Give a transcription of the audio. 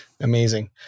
amazing